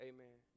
Amen